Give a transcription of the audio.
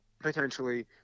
potentially